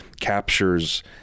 captures